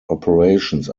operations